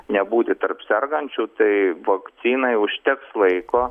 nebūti tarp sergančių tai vakcinai užteks laiko